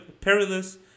perilous